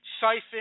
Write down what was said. siphon